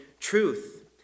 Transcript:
truth